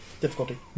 Difficulty